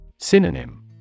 Synonym